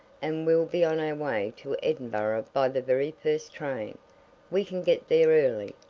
and we'll be on our way to edinburgh by the very first train we can get there early,